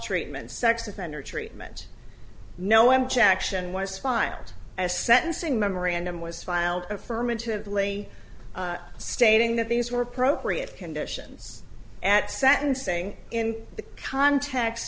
treatment sex offender treatment no objection was filed as sentencing memorandum was filed affirmatively stating that these were appropriate conditions at sentencing in the context